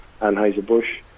Anheuser-Busch